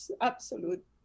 absolute